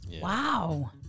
Wow